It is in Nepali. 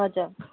हजुर